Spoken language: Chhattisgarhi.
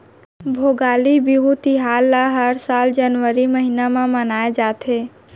भोगाली बिहू तिहार ल हर साल जनवरी महिना म मनाए जाथे